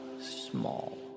small